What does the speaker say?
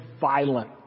violent